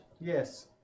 Yes